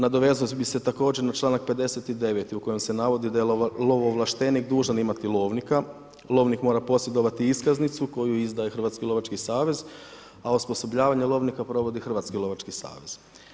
Nadovezao bi se također na članak 59. u kojem se navodi da je lovo ovlaštenik dužan imati lovnika, lovnik mora posjedovati iskaznicu koju izdaje Hrvatski lovački savez, a osposobljavanje lovnika provodi Hrvatski lovački savez.